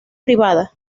privada